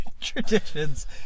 traditions